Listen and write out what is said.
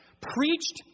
preached